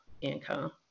income